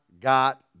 got